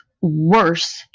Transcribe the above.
worse